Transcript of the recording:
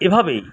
এভাবেই